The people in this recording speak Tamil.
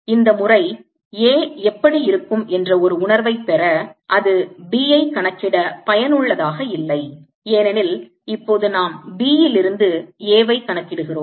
இந்த முறை A எப்படி இருக்கும் என்ற ஒரு உணர்வை பெற அது B ஐ கணக்கிட பயனுள்ளதாக இல்லை ஏனெனில் இப்போது நாம் B யிலிருந்து A வை கணக்கிடுகிறோம்